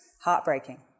heartbreaking